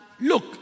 Look